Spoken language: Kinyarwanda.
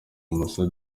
moussa